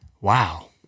Wow